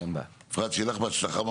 אפרת שיהיה לך בהצלחה.